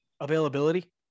availability